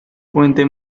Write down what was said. fuente